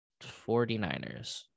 49ers